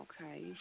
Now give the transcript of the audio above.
okay